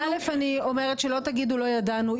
א' אני אומרת אל תגידו לא ידענו,